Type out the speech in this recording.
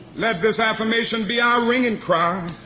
let this affirmation be our ringing cry.